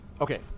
Okay